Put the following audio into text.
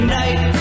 night